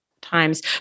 times